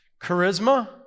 Charisma